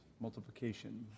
multiplication